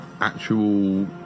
actual